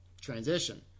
transition